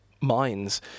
minds